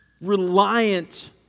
reliant